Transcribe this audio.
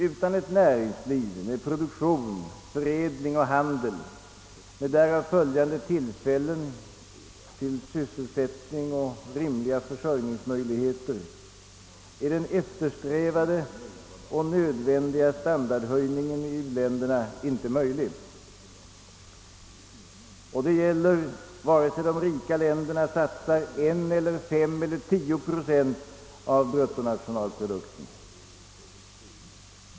Utan ett näringsliv med produktion, förädling och handel med därav följande tillfällen till sysselsättning och rimliga försörjningsmöjligheter är den eftersträvade och nödvändiga standardhöjningen i u-länderna inte möjlig. Detta gäller vare sig de rika länderna satsar 1, 5 eller 10 procent av bruttonationalprodukten.